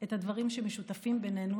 את הדברים שמשותפים בינינו